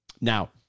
Now